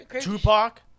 Tupac